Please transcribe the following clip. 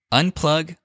unplug